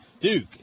Duke